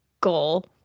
goal